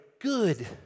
good